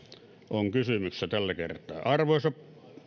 on kysymyksessä tällä kertaa arvoisa puhemies